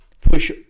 push